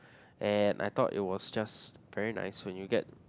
and I thought it was just very nice when you get